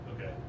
Okay